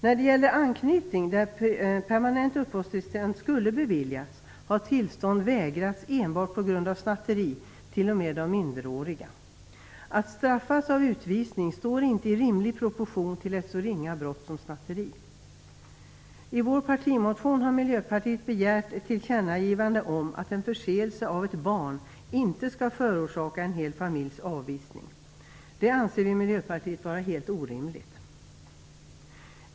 När det gäller anknytning där permanent uppehållstillstånd skulle ha beviljats har tillstånd vägrats enbart på grund snatteri t.o.m. av minderåriga. Att straffas med utvisning står inte i rimlig proportion till ett så ringa brott som snatteri. I vår partimotion har Miljöpartiet begärt tillkännagivande om att en förseelse av ett barn inte skall förorsaka en hel familjs avvisning. Det anser vi i Miljöpartiet vara helt orimligt.